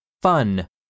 fun